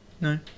No